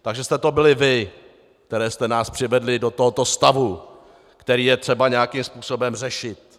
Takže jste to byli vy, kteří jste nás přivedly do tohoto stavu, který je třeba nějakým způsobem řešit.